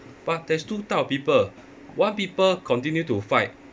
but there's two type of people one people continue to fight